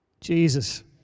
Jesus